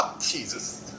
Jesus